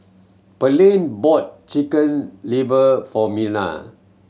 Pearlene bought Chicken Liver for Merna